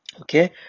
Okay